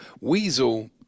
weasel